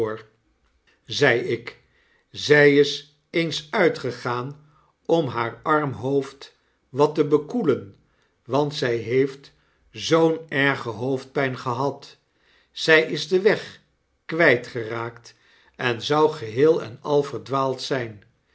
zei ik zij is eens uitgegaan om haar arm hoofd wat te bekoelen want zg heeft zoo'n erge hoofdpijn gehad zij is den weg kwtjtgeraakt en zou geheel en al verdwaald zijn